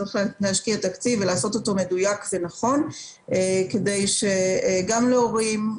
תקציב ולעשות אותו מדויק ונכון כדי שגם להורים,